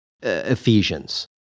Ephesians